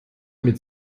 mit